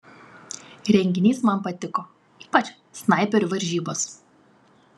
renginys man patiko ypač snaiperių varžybos